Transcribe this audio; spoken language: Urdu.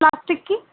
پلاسٹک کی